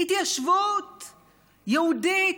התיישבות יהודית,